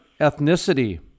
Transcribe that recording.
ethnicity